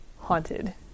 Haunted